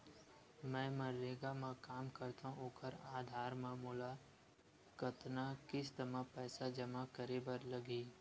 मैं मनरेगा म काम करथव, ओखर आधार म मोला कतना किस्त म पईसा जमा करे बर लगही?